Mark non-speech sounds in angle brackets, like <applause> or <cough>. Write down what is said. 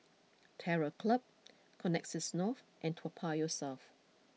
<noise> Terror Club <noise> Connexis North and Toa Payoh South